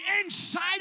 inside